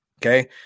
Okay